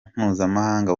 mpuzamahanga